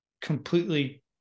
completely